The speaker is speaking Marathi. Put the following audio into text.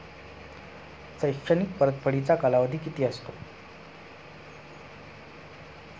शैक्षणिक परतफेडीचा कालावधी किती असतो?